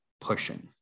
pushing